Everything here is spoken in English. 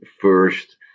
first